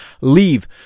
leave